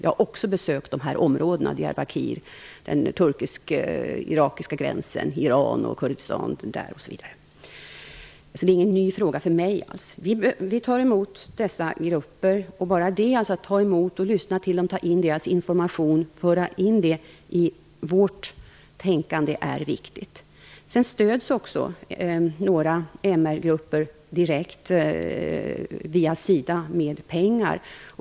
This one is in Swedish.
Jag har också besökt dessa områden, Diayrbakir, den turkisk-irakiska gränsen, Iran, Kurdistan osv. Det är alltså ingen ny fråga för mig. Vi tar emot dessa grupper. Bara att vi lyssnar till dem och tar in deras information och för in den i vårt tänkande är viktigt. Sedan stöds några MR-grupper direkt via SIDA med pengar.